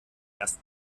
erst